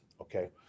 okay